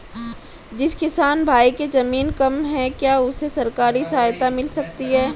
जिस किसान भाई के ज़मीन कम है क्या उसे सरकारी सहायता मिल सकती है?